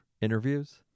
interviews